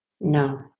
No